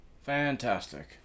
Fantastic